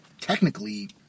technically